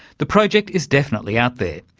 the project is definitely out there,